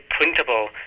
printable